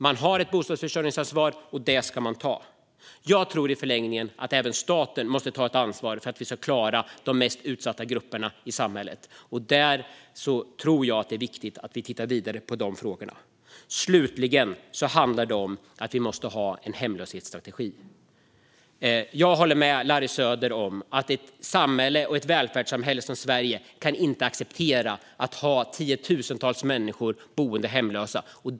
De har ett bostadsförsörjningsansvar, och det ska de ta. Jag tror att i förlängningen måste även staten ta ett ansvar för att vi ska klara de mest utsatta grupperna i samhället. Därför är det viktigt att vi tittar vidare på de frågorna. Slutligen handlar det om att vi måste ha en hemlöshetsstrategi. Jag håller med Larry Söder om att ett välfärdssamhälle som Sverige inte kan acceptera att ha tiotusentals hemlösa människor.